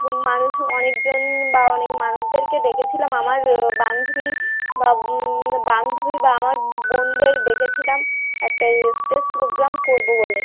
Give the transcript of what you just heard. মানুষও অনেক জন বা অনেক মানুষদেরকে ডেকেছিলাম আমার বান্ধবী বা বান্ধবী বা আমার বোনদের ডেকেছিলাম একটা স্ট্রেজ প্রোগ্রাম করব বলে